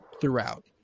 throughout